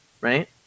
right